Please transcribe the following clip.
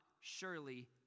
surely